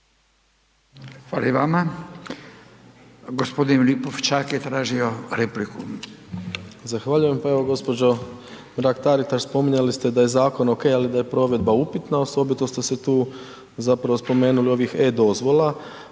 Hvala i vama. Gospodin Lipošćak je tražio repliku.